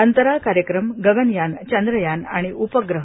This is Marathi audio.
अंतराळ कार्यक्रम गगनयान चंद्रयान आणि उपग्रह